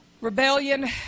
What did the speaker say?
rebellion